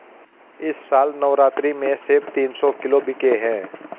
इस साल नवरात्रि में सेब तीन सौ किलो बिके हैं